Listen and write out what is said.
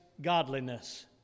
godliness